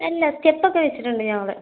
അല്ല സ്റ്റെപ്പ് ഒക്കെ വെച്ചിട്ടുണ്ട് ഞങ്ങൾ